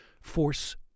Force